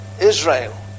Israel